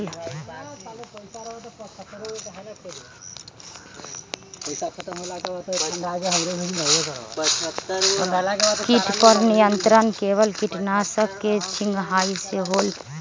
किट पर नियंत्रण केवल किटनाशक के छिंगहाई से होल?